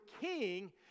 king